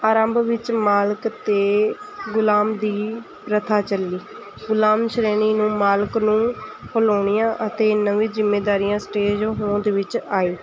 ਆਰੰਭ ਵਿੱਚ ਮਾਲਕ ਅਤੇ ਗੁਲਾਮ ਦੀ ਪ੍ਰਥਾ ਚੱਲੀ ਗੁਲਾਮ ਸ਼੍ਰੇਣੀ ਨੂੰ ਮਾਲਕ ਨੂੰ ਹਿਲਾਉਣੀਆਂ ਅਤੇ ਨਵੀਂ ਜ਼ਿੰਮੇਦਾਰੀਆਂ ਸਟੇਜ ਹੋਂਦ ਵਿੱਚ ਆਈ